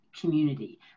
community